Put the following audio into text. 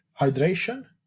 hydration